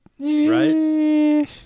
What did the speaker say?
Right